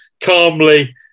calmly